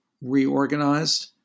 reorganized